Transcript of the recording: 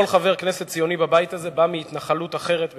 כל חבר כנסת ציוני בבית הזה בא מהתנחלות אחרת בארץ-ישראל.